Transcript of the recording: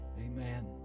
Amen